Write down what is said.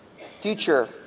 future